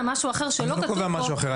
אני לא קובע משהו אחר.